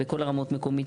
בכל הרמות - מקומית,